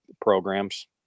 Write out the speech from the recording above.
programs